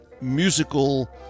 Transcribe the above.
musical